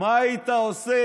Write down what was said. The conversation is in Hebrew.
מה היית עושה